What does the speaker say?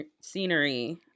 scenery